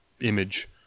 image